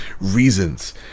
reasons